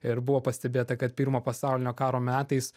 ir buvo pastebėta kad pirmo pasaulinio karo metais